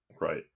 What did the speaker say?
Right